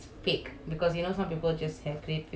like hack or something right